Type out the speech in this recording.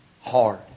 hard